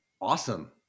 Awesome